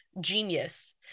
genius